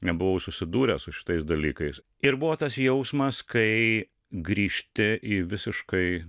nebuvau susidūręs su šitais dalykais ir buvo tas jausmas kai grįžti į visiškai